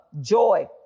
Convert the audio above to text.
joy